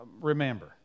remember